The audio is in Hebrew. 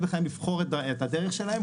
בחייהם כשהם צריכים לבחור את הדרך שלהם.